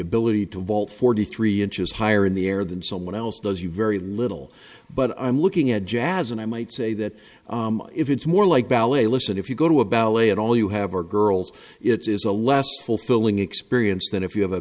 ability to vault forty three inches higher in the air than someone else does you very little but i'm looking at jazz and i might say that if it's more like ballet listen if you go to a ballet and all you have are girls it is a less fulfilling experience than if you have a